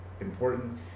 important